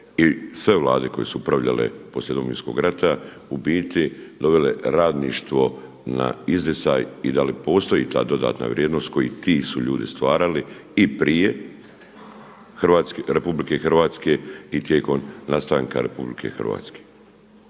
sve vlade koje su upravljanje poslije Domovinskog rata u biti dovele radništvo na izdisaj i da li postoji ta dodatna vrijednost koju ti su ljudi stvarali i prije RH i tijekom nastanka RH? Da li je ovaj